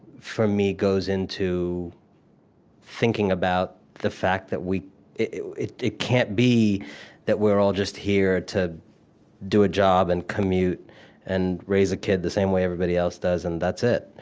for me goes into thinking about the fact that we it it can't be that we're all just here to do a job and commute and raise a kid the same way everybody else does, and that's it,